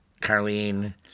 Carlene